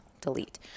delete